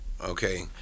Okay